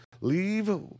Leave